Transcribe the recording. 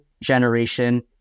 generation